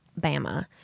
Bama